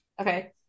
Okay